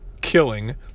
killing